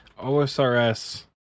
OSRS